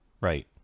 Right